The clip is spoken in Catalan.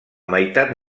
meitat